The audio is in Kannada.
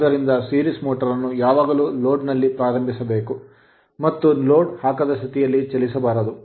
ಆದ್ದರಿಂದ series motor ಸರಣಿ ಮೋಟರ್ ಅನ್ನು ಯಾವಾಗಲೂ load ಲೋಡ್ ನಲ್ಲಿ ಪ್ರಾರಂಭಿಸಬೇಕು ಮತ್ತು load ಲೋಡ್ ಹಾಕದ ಸ್ಥಿತಿಯಲ್ಲಿ ಚಲಿಸಬಾರದು